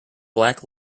black